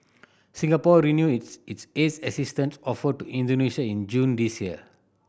Singapore renewed its its haze assistance offer to Indonesia in June this year